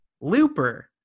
Looper